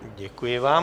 Děkuji vám.